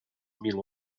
mil